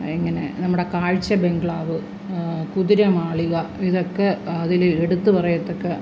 ഇങ്ങനെ നമ്മുടെ കാഴ്ച ബംഗ്ലാവ് കുതിരമാളിക ഇതൊക്കെ അതില് എടുത്തുപറയത്തക്ക